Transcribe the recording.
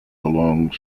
along